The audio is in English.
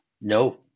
No